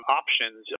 options